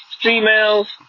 females